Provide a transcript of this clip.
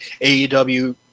AEW